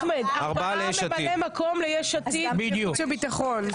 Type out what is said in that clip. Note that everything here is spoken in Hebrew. אחמד ארבעה ממלאי מקום ליש עתיד בחוץ וביטחון.